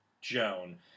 Joan